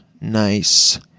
nice